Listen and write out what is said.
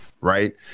right